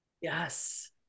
Yes